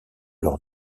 leur